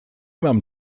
mam